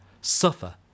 suffer